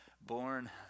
born